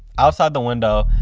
outside the window,